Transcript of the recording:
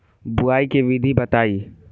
बुआई के विधि बताई?